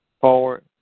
forward